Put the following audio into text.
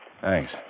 Thanks